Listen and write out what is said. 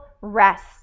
rest